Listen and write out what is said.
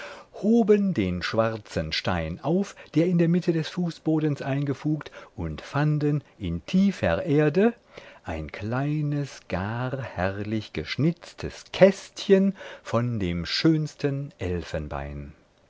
hoben den schwarzen stein auf der in der mitte des fußbodens eingefugt und fanden in tiefer erde ein kleines gar herrlich geschnitztes kästchen von dem schönsten elfenbein